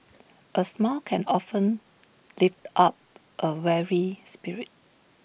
A smile can often lift up A weary spirit